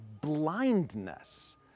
blindness